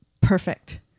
perfect